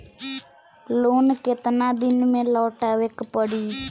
Loan केतना दिन में लौटावे के पड़ी?